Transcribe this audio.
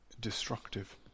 destructive